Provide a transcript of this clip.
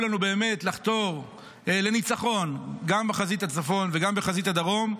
לנו באמת לחתור לניצחון גם בחזית הצפון וגם בחזית הדרום,